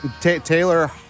Taylor